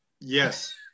yes